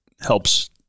helps